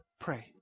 pray